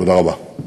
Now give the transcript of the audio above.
תודה רבה.